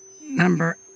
Number